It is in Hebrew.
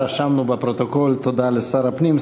רשמנו בפרוטוקול תודה לשר הפנים.